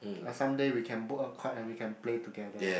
like someday we can book a court and we can play together